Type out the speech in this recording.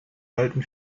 halten